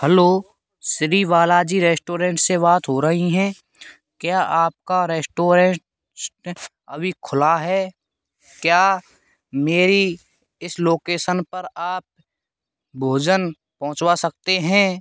hello Shri वाला ji restaurant से बात हो रही है क्या आपका रेश्टोए अभी खुला है क्या मेरी इस लोकेसन पर आप भोजन पहुँचा सकते हैं